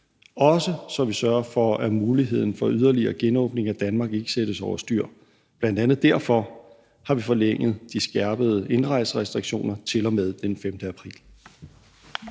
også så vi sørger for, at muligheden for yderligere genåbning af Danmark ikke sættes over styr. Bl.a. derfor har vi forlænget de skærpede indrejserestriktioner til og med den 5. april.